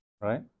Right